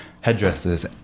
headdresses